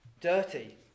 dirty